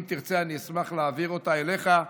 אם תרצה אשמח להעביר אותה אליך,